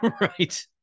Right